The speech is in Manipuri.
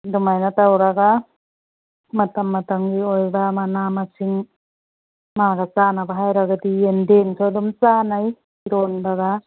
ꯑꯗꯨꯃꯥꯏꯅ ꯇꯧꯔꯒ ꯃꯇꯝ ꯃꯇꯝꯒꯤ ꯑꯣꯏꯕ ꯃꯅꯥ ꯃꯁꯤꯡ ꯃꯥꯒ ꯆꯥꯟꯅꯕ ꯍꯥꯏꯔꯒꯗꯤ ꯌꯦꯟꯗꯦꯝꯁꯨ ꯑꯗꯨꯝ ꯆꯥꯟꯅꯩ ꯏꯔꯣꯟꯕꯒ